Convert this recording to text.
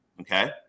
okay